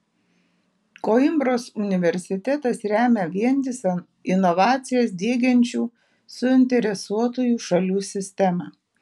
koimbros universitetas remia vientisą inovacijas diegiančių suinteresuotųjų šalių sistemą